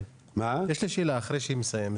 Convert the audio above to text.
יש לי שאלה אחרי שהיא מסיימת.